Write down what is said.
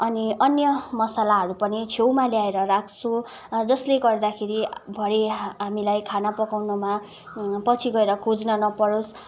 अनि अन्य मसलाहरू पनि छेउमा ल्याएर राख्छु जसले गर्दाखेरि भरे हामीलाई खाना पकाउनमा पछि गएर खोज्न नपरोस्